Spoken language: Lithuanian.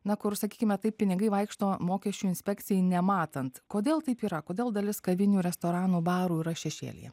na kur sakykime taip pinigai vaikšto mokesčių inspekcijai nematant kodėl taip yra kodėl dalis kavinių restoranų barų yra šešėlyje